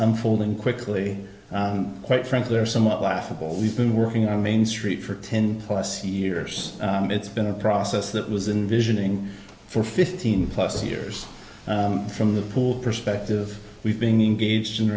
unfolding quickly quite frankly are somewhat laughable we've been working on main street for ten plus years it's been a process that was in visioning for fifteen plus years from the pool perspective we've been engaged in